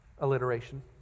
alliteration